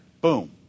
Boom